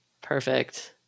Perfect